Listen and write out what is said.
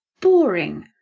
boring